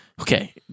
Okay